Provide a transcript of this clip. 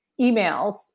emails